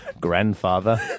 grandfather